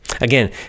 Again